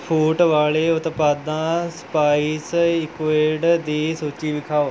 ਵਾਲੇ ਉਤਪਾਦਾਂ spice liquid ਦੀ ਸੂਚੀ ਵਿਖਾਉ